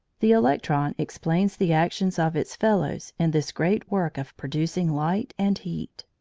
the electron explains the actions of its fellows in this great work of producing light and heat.